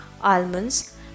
almonds